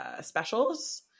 specials